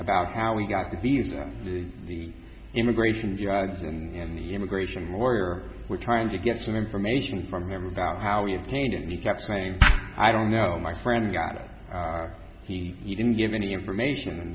about how we got the visa the immigration drugs and the immigration lawyer were trying to get some information from him about how we obtained it and he kept saying i don't know my friend got he he didn't give any information